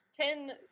ten